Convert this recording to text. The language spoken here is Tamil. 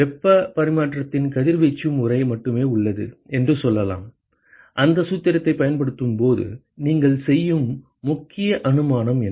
வெப்ப பரிமாற்றத்தின் கதிர்வீச்சு முறை மட்டுமே உள்ளது என்று சொல்லலாம் அந்த சூத்திரத்தைப் பயன்படுத்தும் போது நீங்கள் செய்யும் முக்கிய அனுமானம் என்ன